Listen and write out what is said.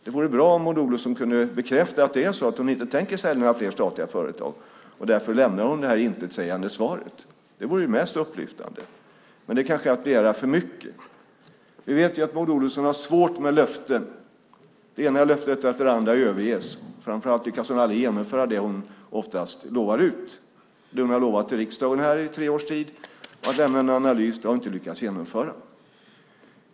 Det vore bra om Maud Olofsson kunde bekräfta att det är så att hon inte tänker sälja några fler statliga företag och att det är därför hon lämnar det här intetsägande svaret. Det vore mest upplyftande. Men det kanske är att begära för mycket. Vi vet ju att Maud Olofsson har svårt med löften. Det ena löftet efter det andra överges. Framför allt lyckas hon oftast aldrig genomföra det hon lovar ut. Det hon har lovat i riksdagen här i tre års tid, att lämna en analys, har hon inte lyckats genomföra.